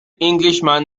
englishman